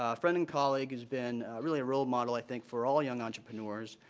ah friend and colleague, has been really a role model i think for all young entrepreneurs.